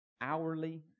hourly